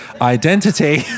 Identity